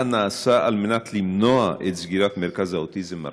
מה נעשה על מנת למנוע את סגירת מרכז האוטיזם "מראות"?